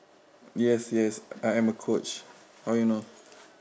yes yes I am a coach how you know